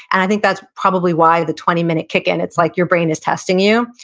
and i think that's probably why the twenty minute kick-in, it's like your brain is testing you,